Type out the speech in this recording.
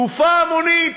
לוויה המונית.